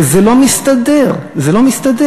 וזה לא מסתדר, זה לא מסתדר.